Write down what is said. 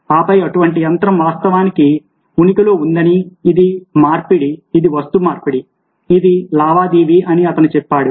ఆపై అటువంటి యంత్రం వాస్తవానికి ఉనికిలో ఉందని ఇది మార్పిడి ఇది వస్తు మార్పిడి ఇది లావాదేవీ అని అతను చెప్పాడు